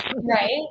Right